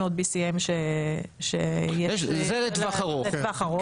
500 BCM לטווח ארוך,